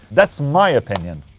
that's my opinion